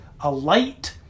alight